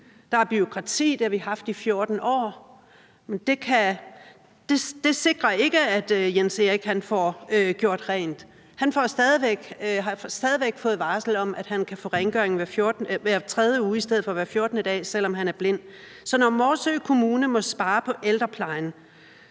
Der er bureaukrati, og det har der været 14 år, men det sikrer ikke, at Jens Erik får gjort rent. Han har stadig væk fået varsel om, at han kan få rengøring hver tredje uge i stedet for hver 14. dag, selv om han er blind. Så når Morsø Kommune må spare på ældreplejen,